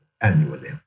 annually